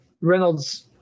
Reynolds